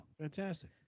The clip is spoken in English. Fantastic